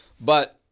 But-